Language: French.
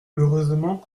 heureusement